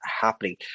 happening